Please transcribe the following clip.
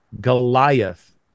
Goliath